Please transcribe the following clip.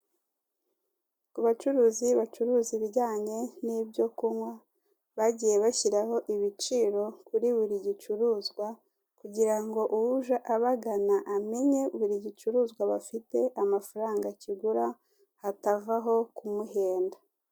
Ku bacuruzi bacuruza ibijyanye n'ibyo kunywa, bagiye bashyiraho ibiciro kuri buri gicuruzwa, kugira ngo uje abagana, amenye buri gicuruzwa bafite amafaranga kigura, hatavaho kumuhenda.